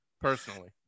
personally